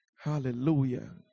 hallelujah